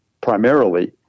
primarily